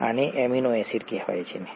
આને amino acid કહેવાય છે ને